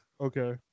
okay